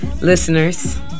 Listeners